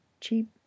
cheap